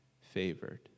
favored